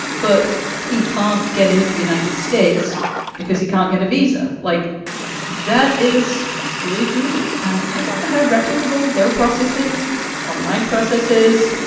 but he can't get into the united states because he can't get a visa like that is really great. and i don't know how replicable their processes are, my processes,